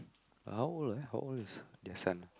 how old eh how old is their son